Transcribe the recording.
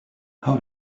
how